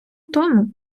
тому